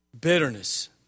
Bitterness